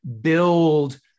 build